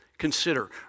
Consider